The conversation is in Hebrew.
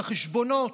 את החשבונות,